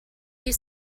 you